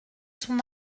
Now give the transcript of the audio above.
son